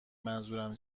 منظورم